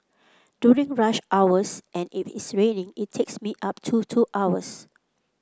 during rush hours and if it's raining it takes me up to two hours